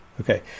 Okay